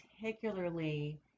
particularly